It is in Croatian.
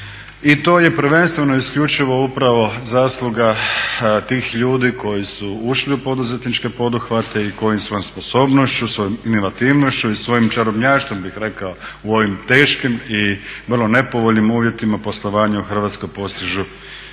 i to je prvenstveno isključivo upravo zasluga tih ljudi koji su ušli u poduzetničke poduhvate i koji svojom sposobnošću, svojom inovativnošću i svojim čarobnjaštvom bih rekao u ovim teškim i vrlo nepovoljnim uvjetima poslovanja u Hrvatskoj postižu